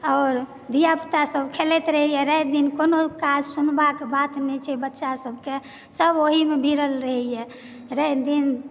और धिया पुता सब खेलैत रहैया राति दिन कोनो काज सुनबाक बात नहि छै बच्चा सबके सब ओहिमे भिड़ल रहैया राति दिन